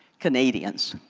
canadians.